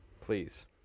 Please